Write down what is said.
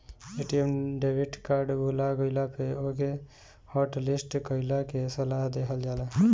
ATM debit card भूला गईला पे ओके हॉटलिस्ट कईला के सलाह देहल जाला